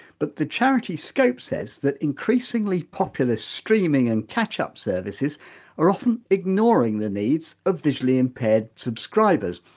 but the charity scope says that increasingly popular streaming and catchup services are often ignoring the needs of visually impaired subscribers,